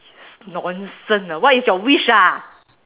nonsense ah what is your wish ah